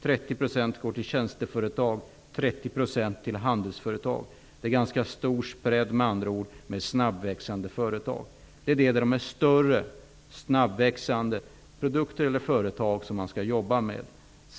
30 % kommer från tjänsteföretag och 30 % från handelsföretag. Det är med andra ord ganska stor spridning bland snabbväxande företag. Det är de större snabbväxande produkterna eller företagen som de skall jobba med.